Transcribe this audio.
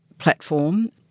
Platform